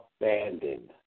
abandoned